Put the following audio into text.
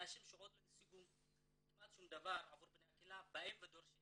אנשים שעוד לא השיגו כמעט שום דבר עבור בני הקהילה באים ודורשים